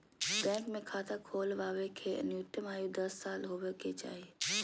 bank मे खाता खोलबावे के न्यूनतम आयु दस साल होबे के चाही